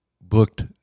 booked